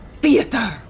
theater